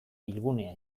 bilgunea